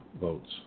votes